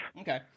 Okay